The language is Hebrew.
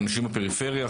אנשים בפריפריה,